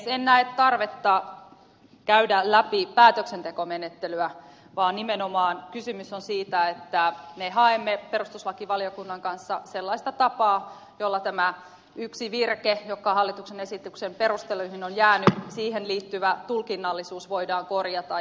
en näe tarvetta käydä läpi päätöksentekomenettelyä vaan nimenomaan kysymys on siitä että me haemme perustuslakivaliokunnan kanssa sellaista tapaa jolla tämä yksi virke joka hallituksen esityksen perusteluihin on jäänyt siihen liittyvä tulkinnallisuus voidaan korjata